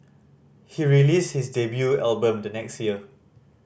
he released his debut album the next year